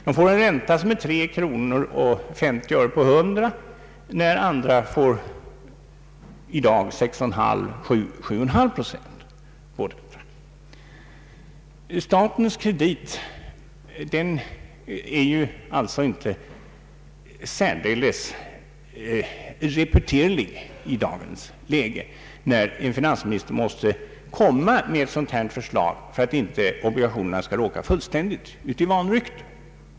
De får en ränta på 3,5 procent, när andra i dag får 6,5— 7,5 procent. Statens kredit är alltså inte särdeles reputerlig i dagens läge, när en finansminister måste framlägga ett dylikt förslag för att inte obligationerna skall råka fullständigt i vanrykte.